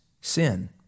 sin